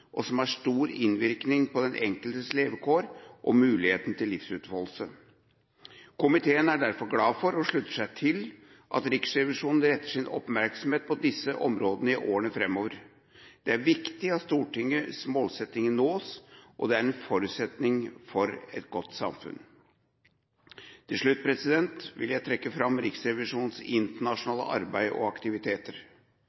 og som har stor innvirkning på den enkeltes levekår og muligheten til livsutfoldelse. Komiteen er derfor glad for og slutter seg til at Riksrevisjonen retter sin oppmerksomhet mot disse områdene i årene framover. Det er viktig at Stortingets målsettinger nås, og det er en forutsetning for et godt samfunn. Til slutt vil jeg trekke fram Riksrevisjonens